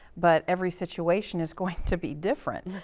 but every situation is going to be different.